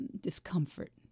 discomfort